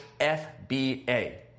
FBA